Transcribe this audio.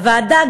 הוועדה,